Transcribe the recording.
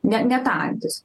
ne ne ta antis